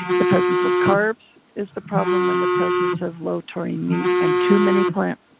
the presence of carbs is the problem and the presence of low-taurine meat and too many plant